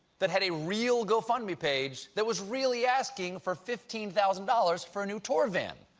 that had a real gofundme page, that was really asking for fifteen thousand dollars for a new tour van.